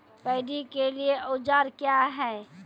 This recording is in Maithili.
पैडी के लिए औजार क्या हैं?